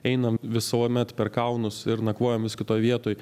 einam visuomet per kalnus ir nakvojam vis kitoj vietoj